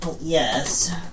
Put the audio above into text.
Yes